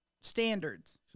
standards